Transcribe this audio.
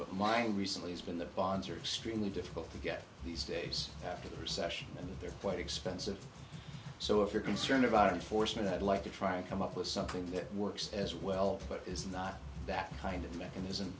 but mine recently has been the bonds are extremely difficult to get these days after the recession they're quite expensive so if you're concerned about unfortunate i'd like to try to come up with something that works as well but it's not that kind of mechanism